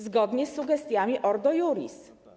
Zgodnie z sugestiami Ordo Iuris.